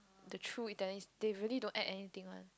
the true Italian is they really don't add anything one